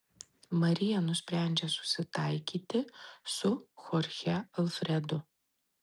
marija nusprendžia susitaikyti su chorche alfredu